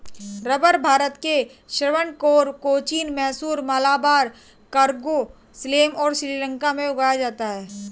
रबड़ भारत के त्रावणकोर, कोचीन, मैसूर, मलाबार, कुर्ग, सलेम और श्रीलंका में उगाया जाता है